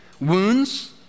wounds